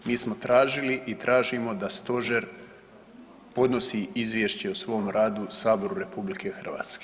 Mi smo tražili i tražimo da Stožer podnosi Izvješće o svom radu Saboru RH.